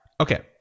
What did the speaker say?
Okay